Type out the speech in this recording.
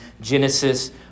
Genesis